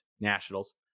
Nationals